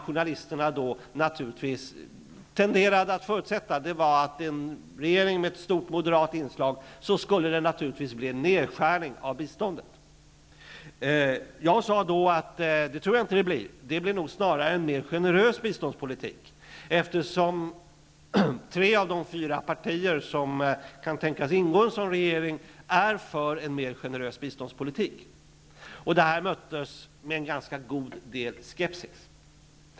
Journalisterna tenderade att förutsätta, att om vi fick en regering med ett stort moderat inslag, skulle det naturligtvis bli nedskärningar av biståndet. Jag sade då att jag inte tror att det blir så. Det blir snarare en mer generös biståndspolitik, eftersom tre av de fyra partier som kan tänkas ingå i en sådan regering är för en mer generös biståndspolitik. Detta möttes med en god del skepsis.